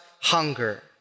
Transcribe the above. hunger